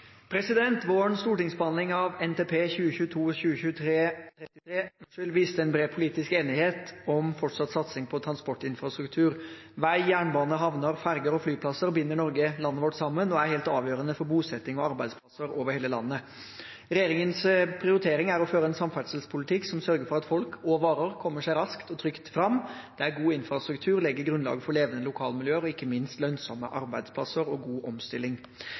stortingsbehandling av NTP 2022–2033 viste en bred politisk enighet om fortsatt satsing på transportinfrastruktur. Vei, jernbane, havner, ferger og flyplasser binder Norge sammen og er helt avgjørende for bosetting og arbeidsplasser over hele landet. Regjeringens prioritering er å føre en samferdselspolitikk som sørger for at folk og varer kommer seg raskt og trygt fram, der god infrastruktur legger grunnlag for levende lokalmiljøer og ikke minst lønnsomme arbeidsplasser og god omstilling.